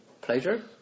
pleasure